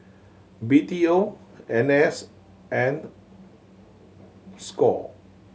B T O N S and score